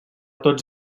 tots